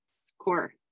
score